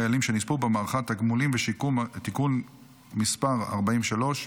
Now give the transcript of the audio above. חיילים שנספו במערכה (תגמולים ושיקום) (תיקון מס' 43),